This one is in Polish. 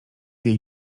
jej